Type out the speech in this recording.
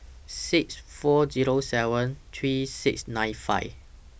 six four Zero seven three six nine five